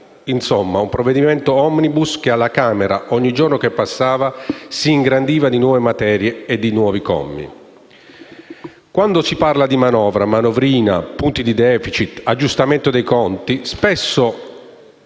Insomma, un provvedimento *omnibus* che alla Camera, ogni giorno che passava, si ingrandiva di nuove materie e commi. Quando si parla di manovra, manovrina, punti di *deficit*, aggiustamento di conti spesso